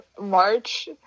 March